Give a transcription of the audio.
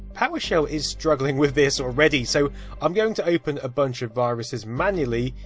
powershell is struggling with this already. so i'm going to open a bunch of viruses manually,